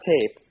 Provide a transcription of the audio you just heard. tape